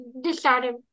decided